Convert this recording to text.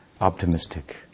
optimistic